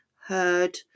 heard